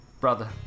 ...brother